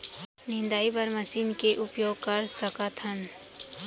निंदाई बर का मशीन के उपयोग कर सकथन?